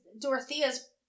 Dorothea's